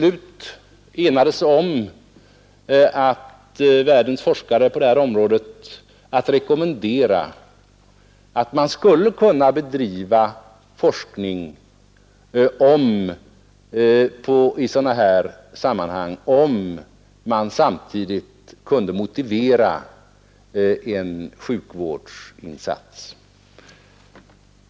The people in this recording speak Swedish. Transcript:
Där enade sig världens forskare på detta område om att uttala, att man skulle kunna bedriva forskning i dessa sammanhang, om man samtidigt kunde motivera en sjukvårdsinsats.